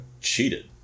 cheated